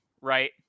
right